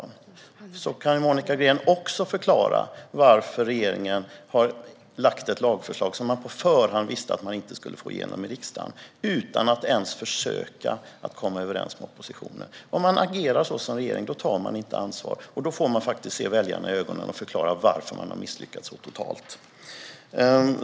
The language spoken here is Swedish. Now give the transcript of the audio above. Och så kan Monica Green förklara varför regeringen har lagt fram ett lagförslag som man på förhand visste att man inte skulle få igenom i riksdagen, utan att ens försöka komma överens med oppositionen. Om man agerar så som regering tar man inte ansvar, och då får man faktiskt se väljarna i ögonen och förklara varför man har misslyckats så totalt.